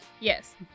Yes